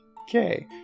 Okay